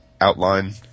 outline